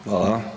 Hvala.